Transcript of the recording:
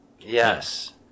Yes